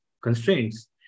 constraints